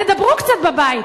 תדברו קצת בבית.